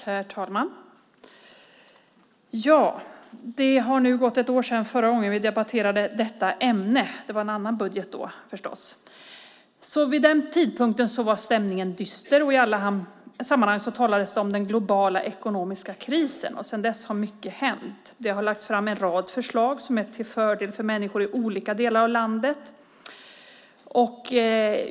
Herr talman! Det har nu gått ett år sedan förra gången vi debatterade detta ämne - det var en annan budget då förstås. Vid den tidpunkten var stämningen dyster. I alla sammanhang talades det om den globala ekonomiska krisen. Sedan dess har mycket hänt. Det har lagts fram en rad förslag som är till fördel för människor i olika delar av landet.